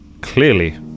clearly